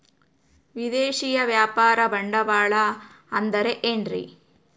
ವಿದೇಶಿಯ ವ್ಯಾಪಾರ ಬಂಡವಾಳ ಅಂದರೆ ಏನ್ರಿ?